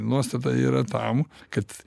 nuostata yra tam kad